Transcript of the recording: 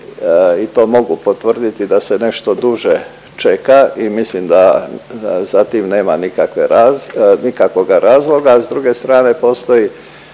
i to mogu potvrditi da se nešto duže čeka i mislim da za tim nema nikakve raz… nikakvoga razloga, a s druge strane postoji